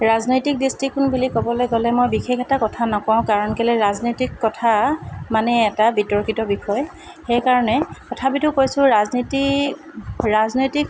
ৰাজনৈতিক দৃষ্টিকোণ বুলি ক'বলৈ গ'লে মই বিশেষ এটা কথা নকওঁ কাৰণ কে'লে ৰাজনৈতিক কথা মানে এটা বিতৰ্কিত বিষয় সেইকাৰণে তথাপিতো কৈছোঁ ৰাজনীতি ৰাজনৈতিক